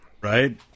Right